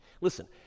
listen